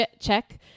check